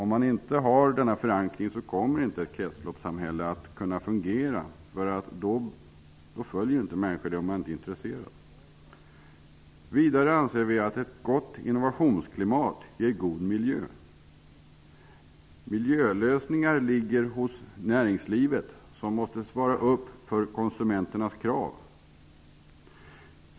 Om man inte har denna förankring kommer ett kretsloppssamhälle inte att kunna fungera. Människor följer inte reglerna om de inte är intresserade. Vi anser vidare att ett gott innovationsklimat ger god miljö. Miljölösningarna ligger hos näringslivet, som måste svara upp mot konsumenternas krav.